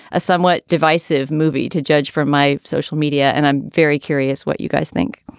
a somewhat divisive movie to judge for my social media. and i'm very curious what you guys think,